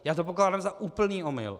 Já to pokládám za úplný omyl.